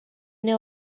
know